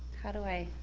how do i